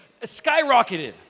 skyrocketed